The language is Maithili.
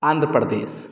आन्ध्र प्रदेश